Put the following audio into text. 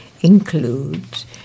includes